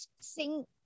sing